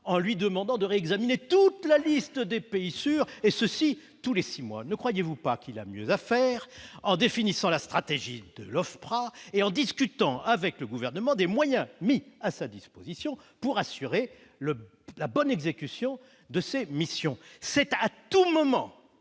en lui demandant de réexaminer intégralement la liste des pays sûrs tous les six mois. Ne croyez-vous pas qu'il a mieux à faire en définissant la stratégie de l'OFPRA et en discutant avec le Gouvernement des moyens mis à sa disposition pour assurer la bonne exécution de ses missions ? C'est à tout moment,